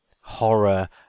horror